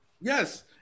Yes